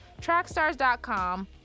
TrackStars.com